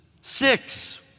Six